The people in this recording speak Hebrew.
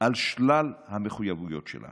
על שלל המחויבויות שלה